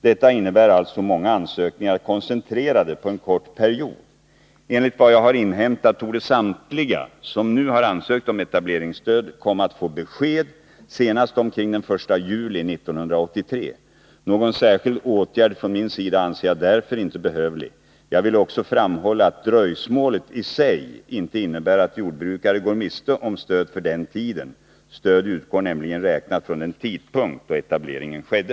Detta innebär alltså många ansökningar koncentrerade på en kort period. Enligt vad jag har inhämtat torde samtliga som nu har ansökt om etableringsstöd komma att få besked senast omkring den 1 juli 1983. Någon särskild åtgärd från min sida anser jag därför inte behövlig. Jag vill också framhålla att dröjsmålet i sig inte innebär att jordbrukare går miste om stöd för den tiden. Stöd utgår nämligen räknat från den tidpunkt då etableringen skedde.